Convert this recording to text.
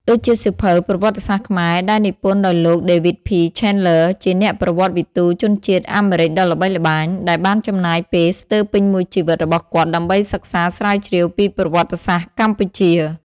ដូចជាសៀវភៅ ប្រវត្តិសាស្ត្រខ្មែរ ដែលនិពន្ធដោយលោក ដេវីត ភី ឆេនឡឺ David P. Chandler ជាអ្នកប្រវត្តិវិទូជនជាតិអាមេរិកដ៏ល្បីល្បាញ ដែលបានចំណាយពេលស្ទើរពេញមួយជីវិតរបស់គាត់ដើម្បីសិក្សាស្រាវជ្រាវពីប្រវត្តិសាស្ត្រកម្ពុជា។